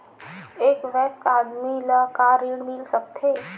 एक वयस्क आदमी ला का ऋण मिल सकथे?